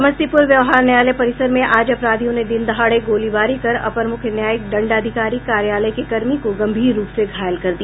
समस्तीपुर व्यवहार न्यायालय परिसर में आज अपराधियों ने दिन दहाड़े गोलीबारी कर अपर मुख्य न्यायिक दंडाधिकारी कार्यालय के कर्मी को गंभीर रूप से घायल कर दिया